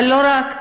אבל לא רק.